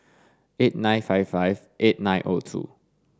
eight nine five five eight nine O two